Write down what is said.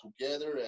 together